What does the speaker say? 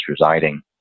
residing